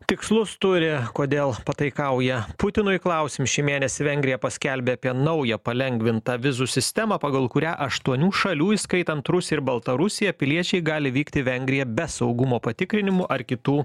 tikslus turi kodėl pataikauja putinui klausim šį mėnesį vengrija paskelbė apie naują palengvintą vizų sistemą pagal kurią aštuonių šalių įskaitant rusiją ir baltarusiją piliečiai gali vykti į vengriją be saugumo patikrinimų ar kitų